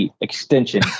extension